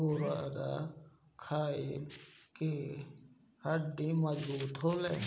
आलूबुखारा खइला से हड्डी मजबूत होखेला